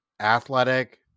athletic